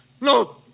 No